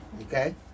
okay